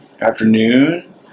afternoon